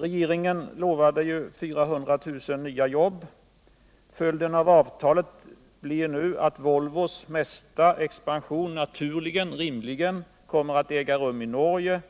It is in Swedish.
Regeringen utlovade 400 000 nya jobb. Följden av avtalet blir nu att Volvos mesta expansion naturligen kommer att äga rum i Norge.